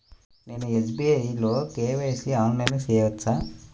నేను ఎస్.బీ.ఐ లో కే.వై.సి ఆన్లైన్లో చేయవచ్చా?